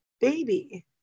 baby